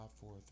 four